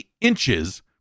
inches